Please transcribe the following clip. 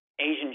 Asian